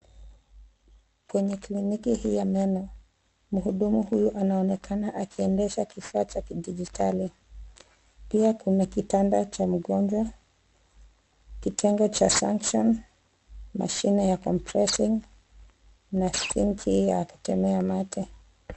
Kweneye kliniki hii ya meno. Mhudumu huyu anaonekana akiendesha kidhaa cha kidigitari, pia kuna kitanda cha mgonjwa, kitengo cha Sanshan , mashine ya compressing na sinki ya kutemea mate.